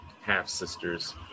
Half-sisters